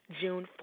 June